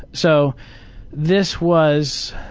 so this was